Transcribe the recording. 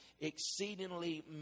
exceedingly